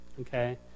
Okay